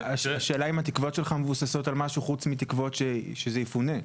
השאלה היא האם התקוות שלך מבוססות על משהו חוץ מאשר התקוות שזה יפונה?